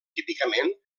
típicament